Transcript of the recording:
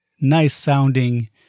nice-sounding